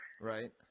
Right